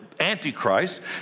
Antichrist